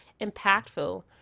impactful